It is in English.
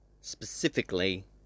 specifically